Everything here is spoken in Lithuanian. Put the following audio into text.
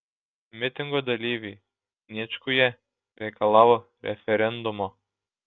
mitingo dalyviai sniečkuje reikalavo referendumo